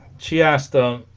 she asked them